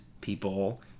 people